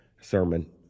sermon